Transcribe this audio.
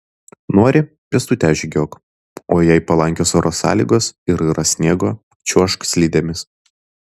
nori pėstute žygiuok o jei palankios oro sąlygos ir yra sniego čiuožk slidėmis